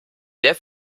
sehr